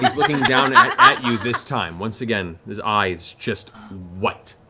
looking down and at you this time, once again, his eyes just white.